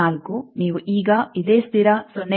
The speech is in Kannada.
4 ನೀವು ಈಗ ಇದೇ ಸ್ಥಿರ 0